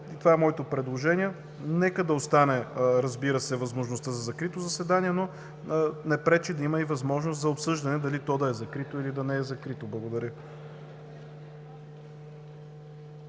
Това е моето предложение. Нека да остане, разбира се, възможността за закрито заседание, но не пречи да има и възможност за обсъждане дали то да е закрито, или да не е закрито. Благодаря